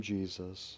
Jesus